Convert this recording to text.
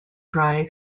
dry